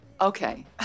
Okay